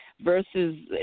versus